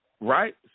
Right